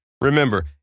Remember